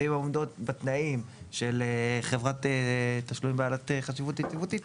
ואם הן עומדות בתנאים של חברת תשלום בעלת חשיבות יציבותית,